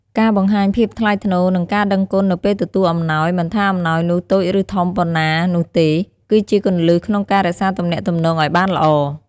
ការបង្ហាញភាពថ្លៃថ្នូរ និងការដឹងគុណនៅពេលទទួលអំណោយ មិនថាអំណោយនោះតូចឬធំប៉ុណ្ណានោះទេ គឺជាគន្លឹះក្នុងការរក្សាទំនាក់ទំនងឲ្យបានល្អ។